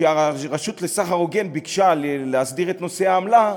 כשהרשות לסחר הוגן ביקשה להסדיר את נושא העמלה,